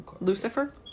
Lucifer